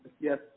Yes